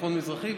צפון מזרחי.